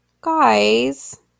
Guys